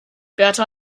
berta